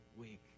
week